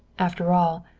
after all,